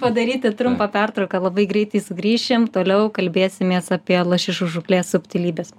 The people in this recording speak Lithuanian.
padaryti trumpą pertrauką labai greitai sugrįšim toliau kalbėsimės apie lašišų žūklsė subtilybes